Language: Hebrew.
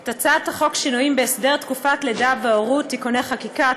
את הצעת החוק שינויים בהסדר תקופת הלידה וההורות (תיקוני חקיקה),